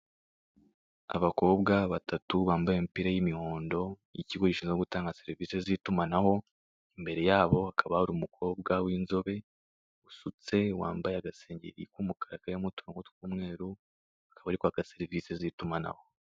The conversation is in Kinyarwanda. Abakobwa batatu bambaye imipira y'imihondo y'ikigo gishinzwe gutanga serivise z'itumanaho, imbere yabo hakaba hari umukobwa w'inzobe usutse wambaye agasengeri karimo uturongo tw'umweru, akaba ari kwaka serivise z'itumanaho.